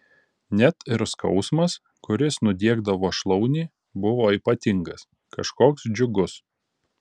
net ir skausmas kuris nudiegdavo šlaunį buvo ypatingas kažkoks džiugus